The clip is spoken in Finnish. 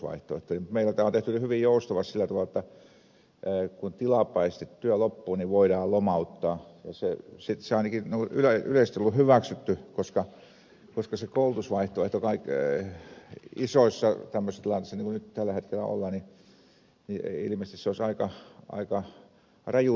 meillä tämä on tehty hyvin joustavasti sillä tavalla jotta kun tilapäisesti työ loppuu niin voidaan lomauttaa ja sitten se ainakin yleisesti on ollut hyväksytty koska se koulutusvaihtoehto isoissa tämmöisissä tilanteissa niin kuin nyt tällä hetkellä on ilmeisesti olisi aika raju toteutettava